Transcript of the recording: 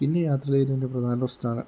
പിന്നെ യാത്ര ചെയ്യുന്നതിൻ്റെ പ്രധാന പ്രശ്നമാണ്